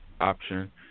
option